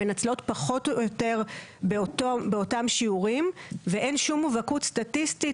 מנצלות פחות או יותר באותם שיעורים ואין שום מובהקות סטטיסטית